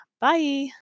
Bye